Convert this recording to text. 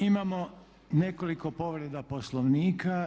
Imamo nekoliko povreda Poslovnika.